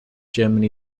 germany